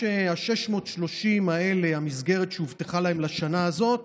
ה-630 האלה, המסגרת שהובטחה להם לשנה הזאת